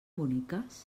boniques